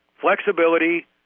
flexibility